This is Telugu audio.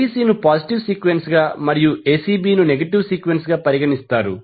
abc ను పాజిటివ్ సీక్వెన్స్ గా మరియు acb ను నెగటివ్ ఫేజ్ సీక్వెన్స్ గా పరిగణిస్తారు